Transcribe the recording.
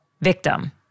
victim